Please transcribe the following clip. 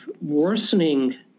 worsening